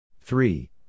Three